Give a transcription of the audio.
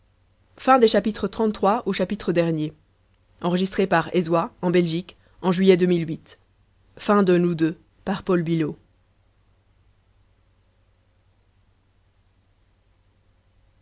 en cas de